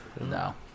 No